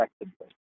effectively